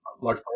large